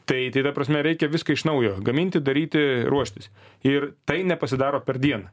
tai tai ta prasme reikia viską iš naujo gaminti daryti ruoštis ir tai nepasidaro per dieną